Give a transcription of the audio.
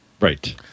Right